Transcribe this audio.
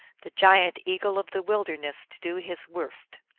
the giant eagle of the wilderness, to do his worst.